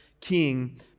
king